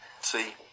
See